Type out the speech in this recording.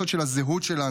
הוא היסוד של הזהות שלנו.